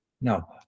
No